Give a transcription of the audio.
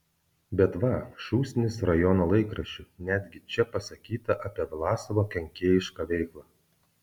bet va šūsnis rajono laikraščių netgi čia pasakyta apie vlasovo kenkėjišką veiklą